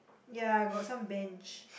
ya got some bench